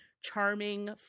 charming